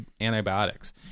antibiotics